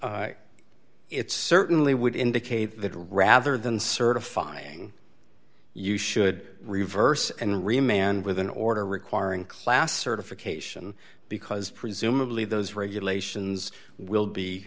s certainly would indicate that rather than certifying you should reverse and remand with an order requiring class certification because presumably those regulations will be